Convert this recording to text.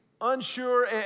unsure